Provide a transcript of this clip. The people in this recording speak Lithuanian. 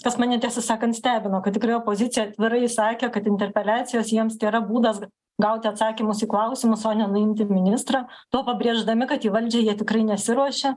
tas mane tiesą sakant stebino kad tikrai opozicija atvirai sakė kad interpeliacijos jiems tėra būdas gauti atsakymus į klausimus o ne nuimti ministrą tuo pabrėždami kad į valdžią jie tikrai nesiruošia